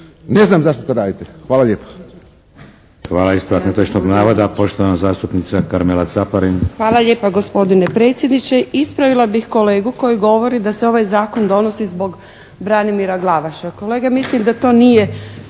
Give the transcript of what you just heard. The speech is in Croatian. ne znam zašto to radite. Hvala lijepo.